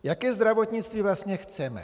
Jaké zdravotnictví vlastně chceme?